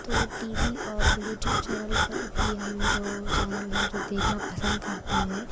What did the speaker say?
तो T V और YouTube channel पर भी हम जो चैनल हैं वो जो देखना पसंद करते हैं